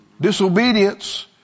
Disobedience